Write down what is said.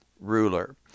ruler